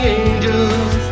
angels